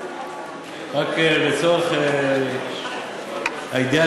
רק לצורך הידיעה,